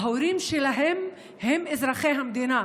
ההורים שלהם הם אזרחי המדינה,